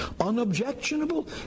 unobjectionable